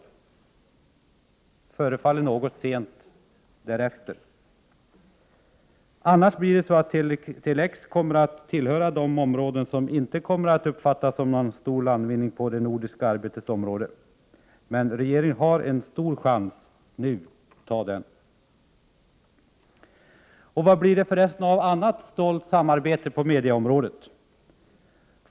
Efteråt förefaller något sent. Annars kommer Tele-X-projektet tillhöra de områden som inte kommer att uppfattas som någon stor landvinning på det nordiska samarbetets område. Men här har regeringen en stor chans. Ta den! Vad blir det för resten av annat stolt samarbete på mediaområdet?